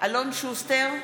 אלון שוסטר,